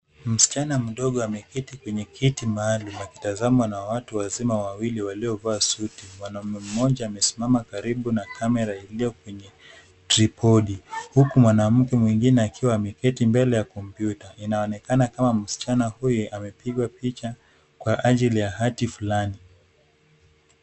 Msichana mdogo ameketi kwenye kiti maalum akitazamwa na watu wazima wawili waliovaa suti. Mwanamume mmoja amesimama karibu na kamera iliyo kwenye tripodi, huku mwanamke mwingine akiwa ameketi mbele ya kompyuta, inaonekana kama msichana huyu amepigwa picha kwa ajili ya hati fulani.